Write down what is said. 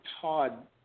Todd